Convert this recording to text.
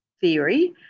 Theory